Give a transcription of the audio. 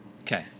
Okay